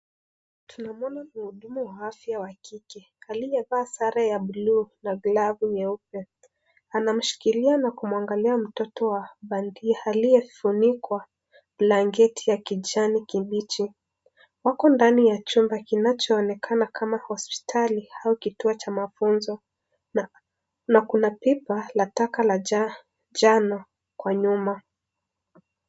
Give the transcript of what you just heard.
Tunamwona muhudumu wa afya wa kike aliyevaa sare ya buluu na glavu nyeupe ,Anamshikilia na kumwangalia mtoto wabandia aliye funikwa blanketi ya kijani kibich ihuku ndani ya chumba kinachoonekans kuwa hosiptali au kituo cha mafunzo na kunapipa la taka la njano huko nyuma.